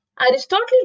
Aristotle